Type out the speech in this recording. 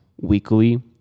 weekly